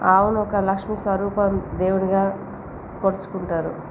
ఆవును ఒక లక్ష్మీ స్వరూప దేవునిగా కొలుచుకుంటారు